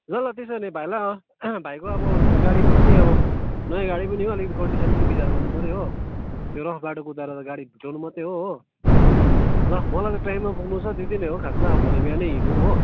ल ल त्यसो भने भाइ ल अँ भाइको अब गाडीको पनि अब नयाँ गाडी पनि हो अलिकति कन्डिसन पनि विचार गर्नुपर्यो हो त्यो रफ बाटो कुदाएर त गाडी ढुट्याउनु मात्रै हो हो ल मलाई चाहिँ टाइममा पुग्नु छ त्यति नै हो खासमा अब भोलि बिहानै हिँड्यौँ हो